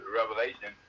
revelation